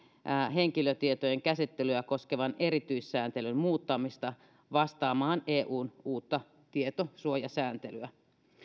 henkilötietojen käsittelyä koskevan erityissääntelyn muuttamista vastaamaan eun uutta tietosuojasääntelyä